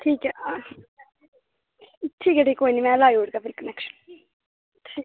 ठीक ऐ ठीक ऐ फिर कोई निं में लाई ओड़गा कनेक्शन